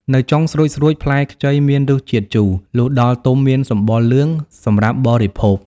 នៅចុងស្រួចៗផ្លែខ្ចីមានរសជាតិជូរ លុះដល់ទុំមានសម្បុរលឿង សម្រាប់បរិភោគ ។